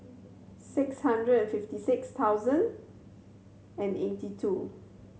six hundred and fifty six thousand and eighty two